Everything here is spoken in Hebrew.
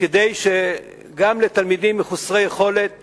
כדי שגם לתלמידים מחוסרי יכולת